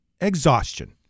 exhaustion